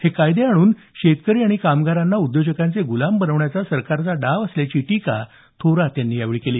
हे कायदे आणून शेतकरी आणि कामगारांना उद्योजकांचे गुलाम बनवण्याचा सरकारचा डाव असल्याची टीका थोरात यांनी यावेळी केली